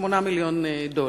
משכו 8 מיליון דולר,